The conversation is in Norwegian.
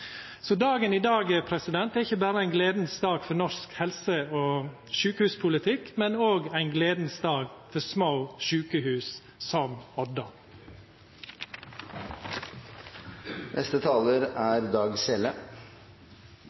Så dagen i dag er ikkje berre ein gledas dag for norsk helse- og sjukehuspolitikk, men òg ein gledas dag for små sjukehus som